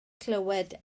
clywed